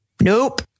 nope